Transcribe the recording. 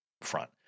front